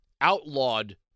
outlawed